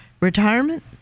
retirement